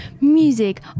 music